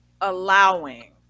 allowing